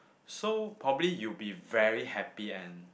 so probably you'll be very happy and